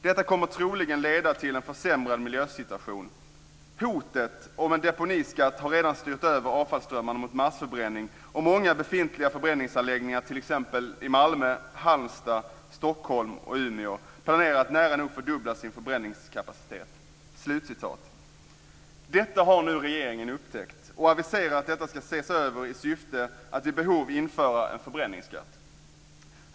Detta kommer troligen att leda till en försämrad miljösituation. 'Hotet' om en deponiskatt har redan styrt över avfallsströmmarna mot massförbränning. Många befintliga förbränningsanläggningar, t.ex. Malmö, Halmstad, Stockholm och Umeå, planerar att nära nog fördubbla sin förbränningskapacitet." Detta har nu regeringen upptäckt, och regeringen aviserar att detta ska ses över i syfte att vid behov införa en förbränningsskatt.